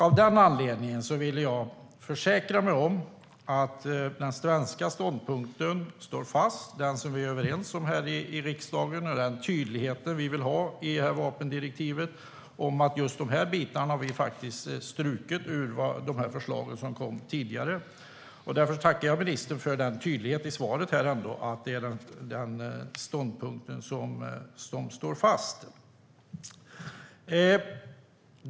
Av denna anledning vill jag försäkra mig om att den svenska ståndpunkt som vi är överens om här i riksdagen står fast när det gäller den tydlighet vi vill ha i vapendirektivet. Just dessa bitar har vi faktiskt strukit ur de förslag som kom tidigare. Jag tackar därför ministern för tydligheten i svaret om att ståndpunkten står fast.